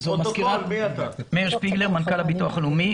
אני מנכ"ל הביטוח הלאומי.